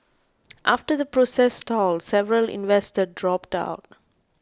after the process stalled several investors dropped out